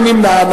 מי נמנע?